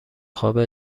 خوابه